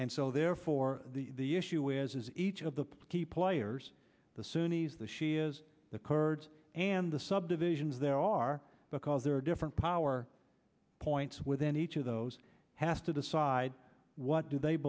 and so therefore the issue is is each of the key players the sunni's the shias the kurds and the subdivisions there are because there are different power points within each of those has to decide what do they